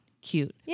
cute